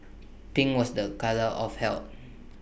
pink was A colour of health